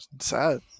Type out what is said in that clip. Sad